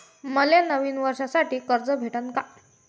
मले नवीन वर्षासाठी कर्ज भेटन का?